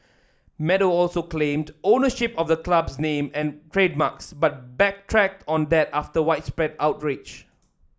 meadow also claimed ownership of the club's name and trademarks but backtracked on that after widespread outrage